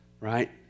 right